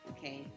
Okay